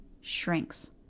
shrinks